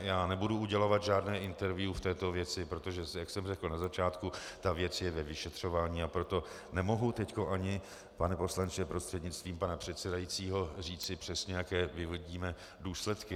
Já nebudu udělovat žádné interview v této věci, protože jak jsem řekl na začátku, ta věc je ve vyšetřování, a proto nemohu ani teď, pane poslanče prostřednictvím pana předsedajícího, říci přesně, jaké vyvodíme důsledky.